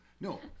No